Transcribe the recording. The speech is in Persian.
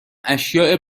اشیاء